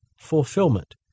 fulfillment